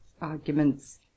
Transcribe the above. arguments